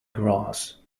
grass